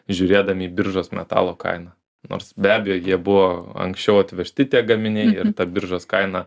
žiūrėdami į biržos metalo kainą nors be abejo jie buvo anksčiau atvežti tie gaminiai ir ta biržos kaina